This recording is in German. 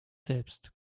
selbst